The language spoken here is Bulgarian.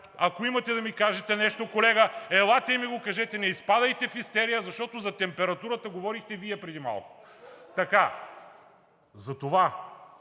Ако имате да ми кажете нещо, колега, елате и ми го кажете. Не изпадайте в истерия, защото за температурата говорихте Вие преди малко! (Реплики на